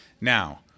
Now